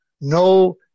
No